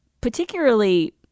particularly